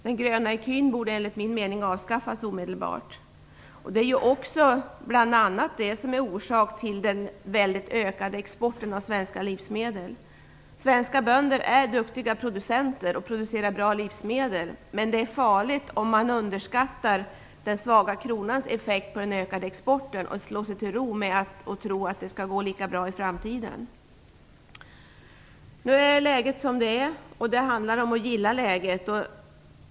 Den gröna ecun borde enligt min mening avskaffas omedelbart. Det är bl.a. det som är orsaken till den ökade exporten av svenska livsmedel. Svenska bönder är duktiga producenter och producerar bra livsmedel, men det är farligt om man underskattar den svaga kronans effekt på den ökade exporten, slår sig till ro och tror att det skall gå lika bra i framtiden. Nu är läget som det är, och det handlar om att gilla läget.